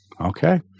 Okay